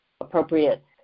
appropriate